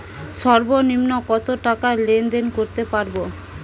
সর্বনিম্ন কত টাকা লেনদেন করতে পারবো?